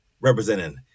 representing